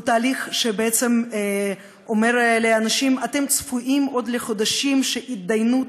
הוא תהליך שבעצם אומר לאנשים: אתם צפויים עוד לחודשים של התדיינות.